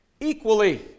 equally